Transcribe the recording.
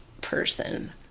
person